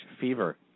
fever